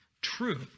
true